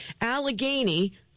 Allegheny